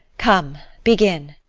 come, begin.